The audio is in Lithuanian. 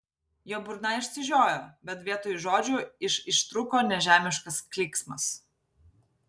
jo burna išsižiojo bet vietoj žodžių iš ištrūko nežemiškas klyksmas